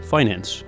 Finance